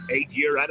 Eight-year